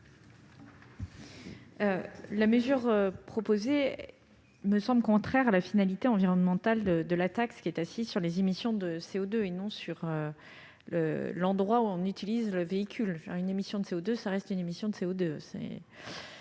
que vous proposez me semble contraire à la finalité environnementale de la taxe, qui est assise sur les émissions de CO2 et pas sur l'endroit où l'on utilise le véhicule. Une émission de CO2 reste une émission de CO2